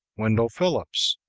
wendell phillips,